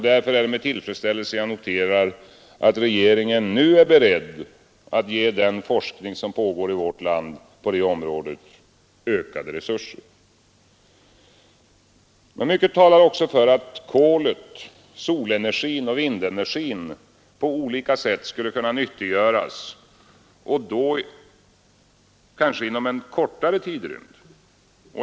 Därför är det med tillfredsställelse som jag noterar, att regeringen nu är beredd att ge den forskning som pågår i vårt land på det området ökade resurser. Men mycket talar också för att kolet, solenergin och vindenergin på olika sätt skulle kunna nyttiggöras och då inom en kortare tidrymd.